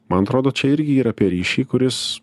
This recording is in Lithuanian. man atrodo čia irgi yra apie ryšį kuris